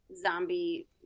zombie